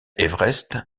everest